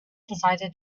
decided